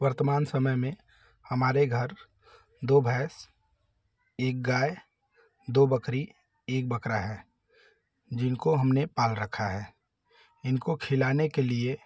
वर्तमान समय में हमारे घर दो भैंस एक गाय दो बकरी एक बकरा है जिनको हमने पाल रखा है इनको खिलाने के लिए